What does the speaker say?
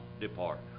depart